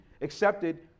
accepted